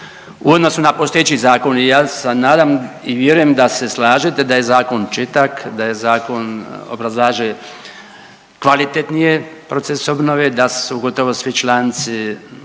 u odnosu na postojeći zakon i ja se nadam i vjerujem da se slažete da je zakon čitak, da je zakon, obrazlaže, kvalitetni je proces obnove, da su, gotovo svi članci